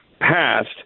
passed